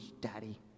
Daddy